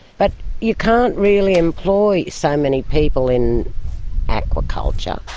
but you can't really employ so many people in aquaculture,